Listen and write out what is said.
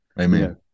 Amen